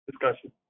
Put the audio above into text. discussion